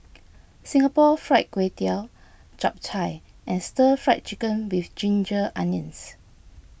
Singapore Fried Kway Tiao Chap Chai and Stir Fried Chicken with Ginger Onions